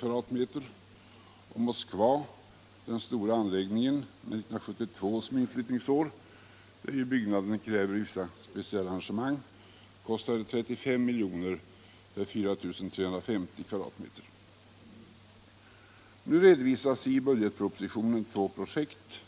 Den stora anläggningen i Moskva med 1972 som inflyttningsår — den krävde vissa speciella arrangemang — kostade 35 milj.kr. för 4 350 m”. Nu redovisas i budgetpropositionen två projekt.